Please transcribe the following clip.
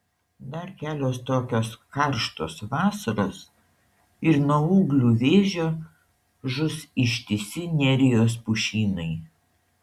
dar kelios tokios karštos vasaros ir nuo ūglių vėžio žus ištisi nerijos pušynai